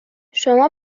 شما